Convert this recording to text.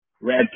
red